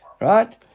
Right